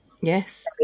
yes